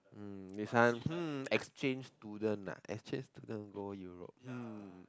hmm become hmm exchange student ah exchange student go Europe hmm